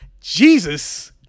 jesus